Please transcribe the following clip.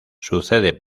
sucede